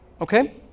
okay